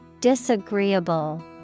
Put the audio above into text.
Disagreeable